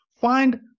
find